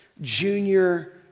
Junior